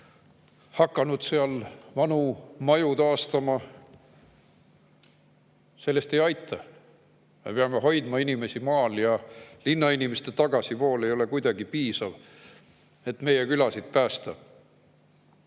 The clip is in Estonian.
hakanud seal vanu maju taastama. Sellest ei aita. Me peame hoidma inimesi maal ja linnainimeste tagasivool ei ole mitte mingil juhul piisav, et meie külasid päästa. Igal